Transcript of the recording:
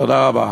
תודה רבה.